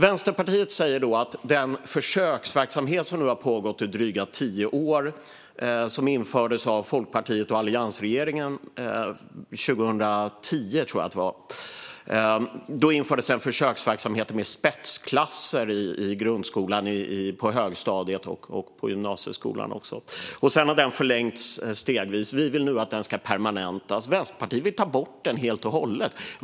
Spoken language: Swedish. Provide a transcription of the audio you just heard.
Vänsterpartiet vill nu ta bort den försöksverksamhet som nu har pågått i drygt tio år och som infördes av Folkpartiet och alliansregeringen 2010, tror jag att det var, med spetsklasser på högstadiet och gymnasieskolan. Sedan har den förlängts stegvis, och vi vill nu att den ska permanentas. Vänsterpartiet vill ta bort den helt och hållet.